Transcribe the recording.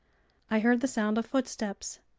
i heard the sound of footsteps.